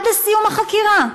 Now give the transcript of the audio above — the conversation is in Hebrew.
עד לסיום החקירה?